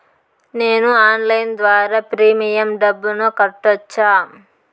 నేను ఆన్లైన్ ద్వారా ప్రీమియం డబ్బును కట్టొచ్చా?